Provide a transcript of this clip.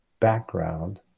background